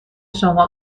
شما